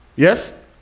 yes